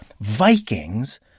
Vikings